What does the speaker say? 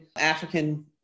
African